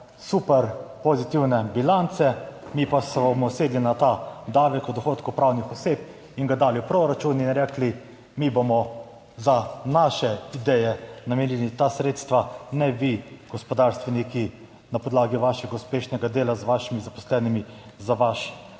super pozitivne bilance, mi pa se bomo usedli na ta davek od dohodkov pravnih oseb in ga dali v proračun in rekli, mi bomo za naše ideje namenili ta sredstva, ne vi gospodarstveniki na podlagi vašega uspešnega dela z vašimi zaposlenimi za vaš